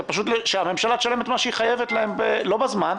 פשוט שהממשלה תשלם את מה שהיא חייבת להם לא בזמן,